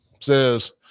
says